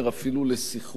אפילו לסחרור,